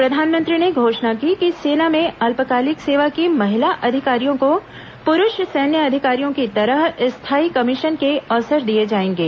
प्रधानमंत्री ने घोषणा की कि सेना में अल्पकालिक सेवा की महिला अधिकारियों को पुरुष सैन्य अधिकारियों की तरह स्थायी कमीशन के अवसर दिए जाएंगे